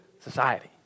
society